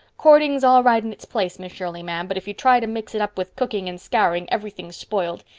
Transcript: courting's all right in its place, miss shirley, ma'am, but if you try to mix it up with cooking and scouring everything's spoiled.